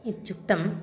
इत्युक्तम्